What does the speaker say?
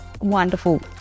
wonderful